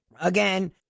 Again